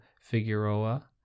figueroa